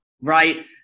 right